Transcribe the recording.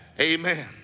Amen